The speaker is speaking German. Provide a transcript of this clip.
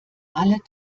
alle